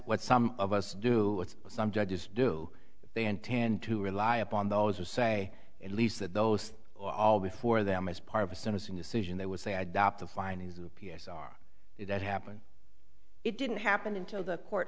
what some of us do some judges do they intend to rely upon those who say at least that those or all before them as part of a sentencing decision they would say i'd opt to find his p s r if that happened it didn't happen until the court